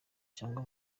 cyangwa